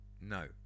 no